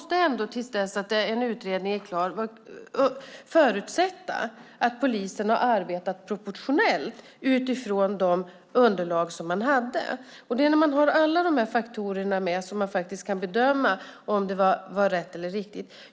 Till dess att en utredning är klar måste vi förutsätta att polisen har arbetat proportionellt utifrån de underlag som de hade. Det är när man har alla dessa faktorer med som man kan bedöma om det var rätt och riktigt.